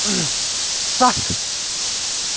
ستھ